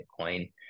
Bitcoin